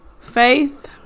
Faith